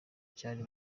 cyari